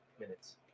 minutes